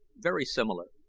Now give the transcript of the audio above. very similar.